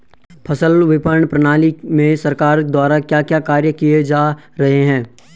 फसल विपणन प्रणाली में सरकार द्वारा क्या क्या कार्य किए जा रहे हैं?